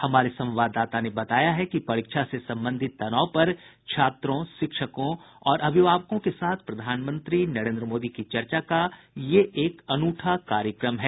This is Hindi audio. हमारे संवाददाता ने बताया है कि परीक्षा से संबंधित तनाव पर छात्रों शिक्षकों और अभिभावकों के साथ प्रधानमंत्री नरेन्द्र मोदी की चर्चा का ये एक अनूठा कार्यक्रम है